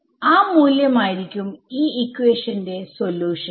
ആ മൂല്യം ആയിരിക്കും ഈ ഇക്വേഷന്റെ സൊല്യൂഷൻ